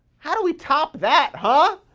how do we top that, huh?